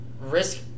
risk